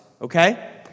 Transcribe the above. okay